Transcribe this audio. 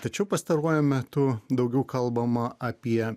tačiau pastaruoju metu daugiau kalbama apie